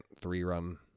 three-run